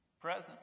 Present